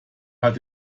hat